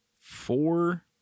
four